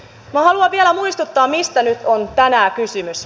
minä haluan vielä muistuttaa mistä nyt on tänään kysymys